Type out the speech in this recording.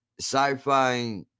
sci-fi